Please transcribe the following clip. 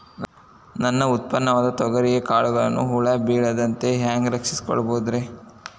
ನನ್ನ ಉತ್ಪನ್ನವಾದ ತೊಗರಿಯ ಕಾಳುಗಳನ್ನ ಹುಳ ಬೇಳದಂತೆ ಹ್ಯಾಂಗ ರಕ್ಷಿಸಿಕೊಳ್ಳಬಹುದರೇ?